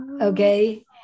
okay